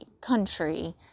country